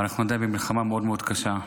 ואנחנו עדיין במלחמה מאוד מאוד קשה.